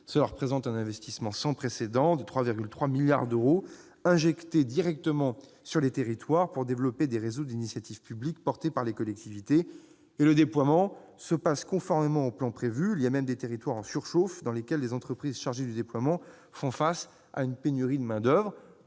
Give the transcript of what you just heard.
représentent un investissement sans précédent de 3,3 milliards d'euros directement injectés sur les territoires pour développer des réseaux d'initiative publique portés par les collectivités ; et le déploiement se passe conformément au plan prévu. Il y a même des territoires en « surchauffe », dans lesquels les entreprises chargées du déploiement font face à une pénurie de main-d'oeuvre.